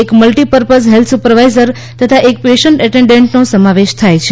એક multi purpose health supervisor તથા એક પેસન્ટ એટેન્ડટનો સમાવેશ થાય છે